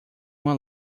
uma